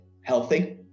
healthy